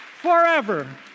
forever